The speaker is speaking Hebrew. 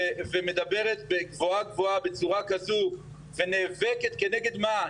ומדברת בגבוהה גבוהה בצורה כזו, ונאבקת כנגד מה?